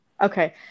Okay